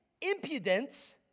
impudence